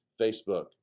Facebook